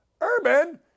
Urban